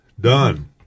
done